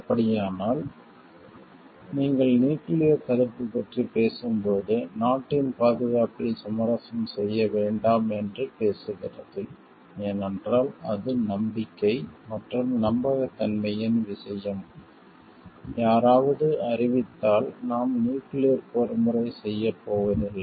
அப்படியானால் நீங்கள் நியூக்கிளியர் தடுப்பு பற்றி பேசும்போது நாட்டின் பாதுகாப்பில் சமரசம் செய்ய வேண்டாம் என்று பேசுகிறது ஏனென்றால் அது நம்பிக்கை மற்றும் நம்பகத்தன்மையின் விஷயம் யாராவது அறிவித்தால் நாம் நியூக்கிளியர் போர்முறை செய்யப் போவதில்லை